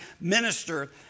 minister